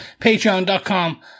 patreon.com